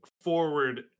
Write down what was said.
forward